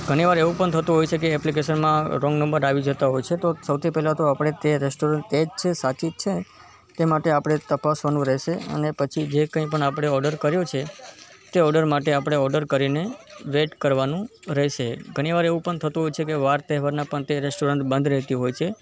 ઘણીવાર એવું પણ થતું હોય છે કે એ ઍપ્લિકેશનમાં રૉંગ નંબર આવી જતાં હોય છે તો સૌથી પહેલાં તો આપણે તે રૅસ્ટોરન્ટ તે જ છે સાચી જ છે તે માટે આપણે તપાસવાનું રહેશે અને પછી જે કંઈ પણ આપણે ઑર્ડર કર્યો છે તે ઑર્ડર માટે આપણે ઑર્ડર કરીને વેઇટ કરવાનું રહેશે ઘણીવાર એવું પણ થતું હોય છે વાર તહેવારનાં પણ તે રૅસ્ટોરન્ટ બંધ રહેતી હોય છે